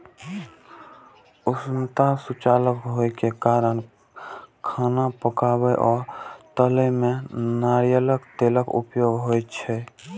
उष्णता सुचालक होइ के कारण खाना पकाबै आ तलै मे नारियल तेलक उपयोग होइ छै